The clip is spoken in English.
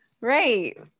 right